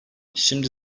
şimdi